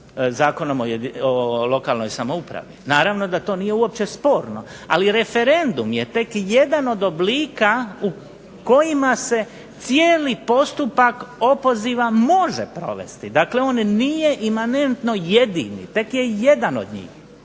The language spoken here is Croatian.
Zakonom o lokalnoj samoupravi, naravno da to nije uopće sporno, ali referendum je tek jedan od oblika u kojima se cijeli postupak opoziva može provesti. Dakle, on nije imanentno jedini, tek je jedan od njih.